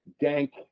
dank